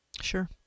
Sure